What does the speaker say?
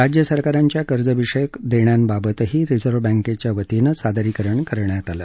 राज्यसरकारांच्या कर्ज विषयक देण्यांबाबतही रिझर्व्ह बँकेतर्फे सादरीकरण करण्यात आलं